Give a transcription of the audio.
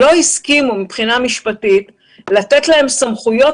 לא הסכימו מבחינה משפטית לתת להם סמכויות